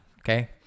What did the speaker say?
Okay